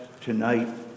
tonight